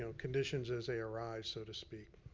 so conditions as they arise, so to speak.